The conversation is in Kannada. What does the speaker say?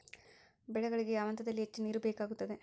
ಬೆಳೆಗಳಿಗೆ ಯಾವ ಹಂತದಲ್ಲಿ ಹೆಚ್ಚು ನೇರು ಬೇಕಾಗುತ್ತದೆ?